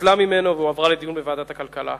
פוצלה ממנו והועברה לדיון בוועדת הכלכלה.